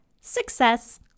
Success